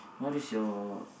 what is your